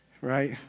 Right